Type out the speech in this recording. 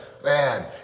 Man